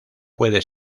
puede